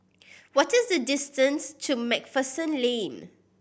what is the distance to Macpherson Lane